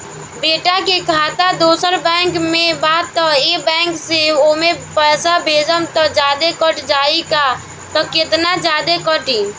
बेटा के खाता दोसर बैंक में बा त ए बैंक से ओमे पैसा भेजम त जादे कट जायी का त केतना जादे कटी?